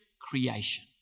creation